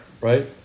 right